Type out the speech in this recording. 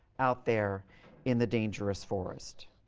out there in the dangerous forest.